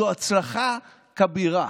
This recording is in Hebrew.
זו הצלחה כבירה.